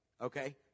Okay